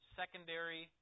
secondary